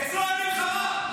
שר השיכון --- אצלו אין מלחמה?